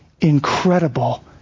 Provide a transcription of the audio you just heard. incredible